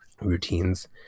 routines